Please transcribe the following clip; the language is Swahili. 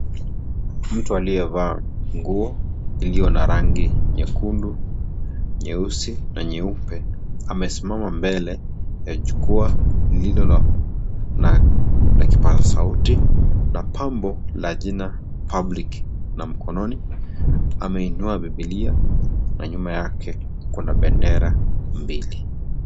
Mtu aliye vaa nguo iliyo na rangi nyekundu, nyeusi, na nyeupe. Amesimama mbele ya jukwaa lililo na nakipasa sauti na pambo la jina public na mkononi. Ameinua biblia na nyuma yake kuna bendera mbili.